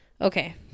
okay